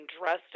dressed